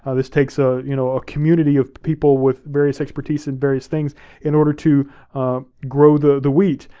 ah this takes a you know ah community of people with various expertise in various things in order to grow the the wheat,